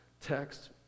text